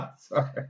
Sorry